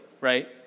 right